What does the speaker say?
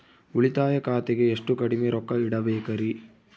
ಉಳಿತಾಯ ಖಾತೆಗೆ ಎಷ್ಟು ಕಡಿಮೆ ರೊಕ್ಕ ಇಡಬೇಕರಿ?